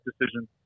decision